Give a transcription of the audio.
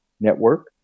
network